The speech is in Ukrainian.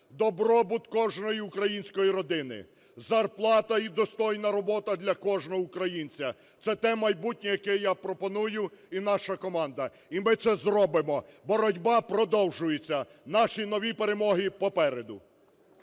добробут кожної української родини, зарплата і достойна робота для кожного українця – це те майбутнє, яке я пропоную, і наша команда. І ми це зробимо, боротьба продовжується, наші нові перемоги попереду.